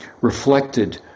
reflected